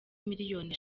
miliyoni